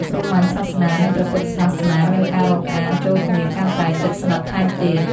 ព្រហ្មញ្ញសាសនា និង ព្រះពុទ្ធសាសនាមានការរាប់អានចូលគ្នាកាន់តែជិតស្និទ្ធថែមទៀត ។